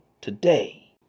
today